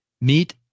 Meet